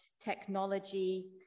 technology